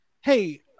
Hey